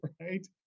right